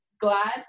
glad